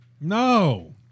No